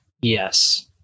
Yes